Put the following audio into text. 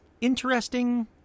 interesting